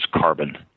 carbon